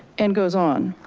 and goes on.